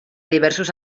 diversos